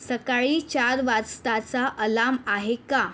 सकाळी चार वाजताचा अलाम आहे का